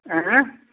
आएँ